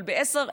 אבל ב-10:00,